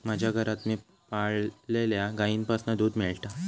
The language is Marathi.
माज्या घरात मी पाळलल्या गाईंपासना दूध मेळता